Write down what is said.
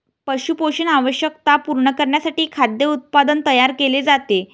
पशु पोषण आवश्यकता पूर्ण करण्यासाठी खाद्य उत्पादन तयार केले जाते